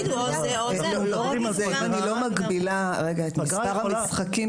אם אני לא מגבילה את מספר המשחקים,